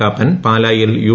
കാപ്പൻ പാലായിൽ യു